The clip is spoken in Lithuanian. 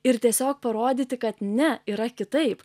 ir tiesiog parodyti kad ne yra kitaip